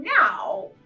now